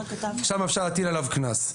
ושם אפשר להטיל עליו קנס.